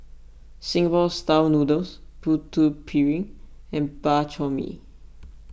Singapore Style Noodles Putu Piring and Bak Chor Mee